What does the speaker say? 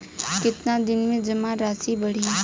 कितना दिन में जमा राशि बढ़ी?